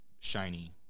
shiny